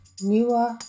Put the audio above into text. newer